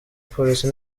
polisi